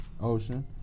Ocean